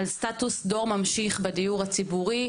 על סטטוס דור ממשיך בדיור הציבורי,